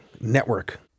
network